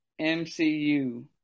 MCU